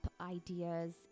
ideas